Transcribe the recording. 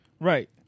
Right